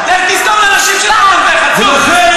לך תסתום לאנשים שלך את הפה.